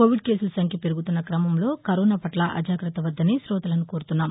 Covid కేసుల సంఖ్య పెరుగుతున్న క్రమంలో కరోనాపట్ల అజాగ్రత్త వద్దని కోతలను కోరుతున్నాము